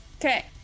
Okay